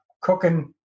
cooking